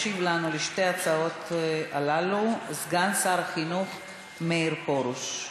ישיב על שתי ההצעות הללו סגן שר החינוך מאיר פרוש.